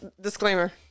disclaimer